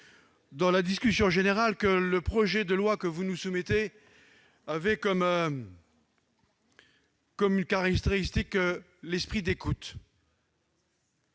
dans la discussion générale que le projet de loi que vous nous soumettez avait pour caractéristique l'esprit d'écoute,